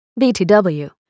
BTW